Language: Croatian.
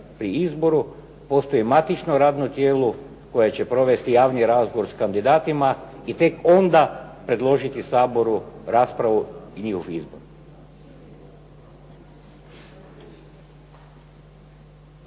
pri izboru, postoji matično radno tijelo koje će provesti javni razgovor s kandidatima i tek onda predložiti Saboru raspravu i njihov izbor.